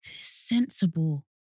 sensible